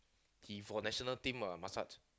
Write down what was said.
he for national team ah massage